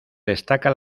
destaca